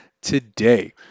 today